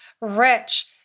rich